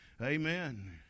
Amen